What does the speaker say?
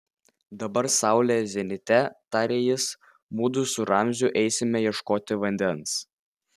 dabar saulė zenite tarė jis mudu su ramziu eisime ieškoti vandens